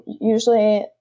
usually